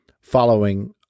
following